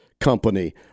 company